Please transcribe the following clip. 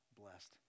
blessed